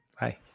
Bye